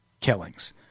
killings